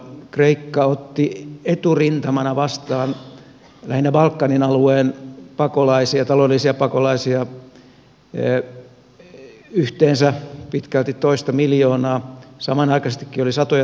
kreikka otti eturintamana vastaan lähinnä balkanin alueen pakolaisia taloudellisia pakolaisia yhteensä pitkälti toista miljoonaa